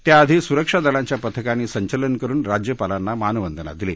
त्याआधी सुरक्षा दलांच्या पथकांनी संचलन करुन राज्यपालांना मानवंदना दिली